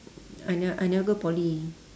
I never I never go poly